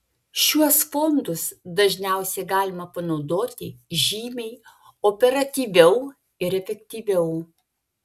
šiuos fondus dažniausiai galima panaudoti žymiai operatyviau ir efektyviau